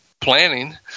planning